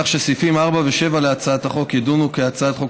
כך שסעיפים 4 ו-7 להצעת החוק יידונו כהצעת חוק